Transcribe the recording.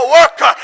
worker